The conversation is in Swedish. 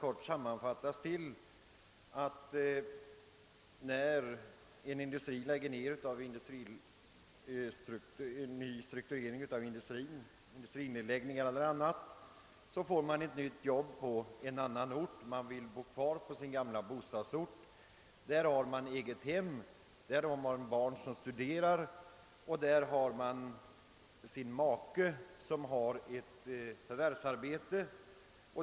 De har sagt att när en industri läggs ned på grund av strukturrationalisering eller dylikt tvingas människorna att ta arbete på annan ort. Några vill då bo kvar på sin gamla bostadsort där de har egnahem, barn som studerar och en make som har förvärvsarbete.